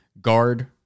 Guard